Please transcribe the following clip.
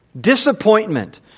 Disappointment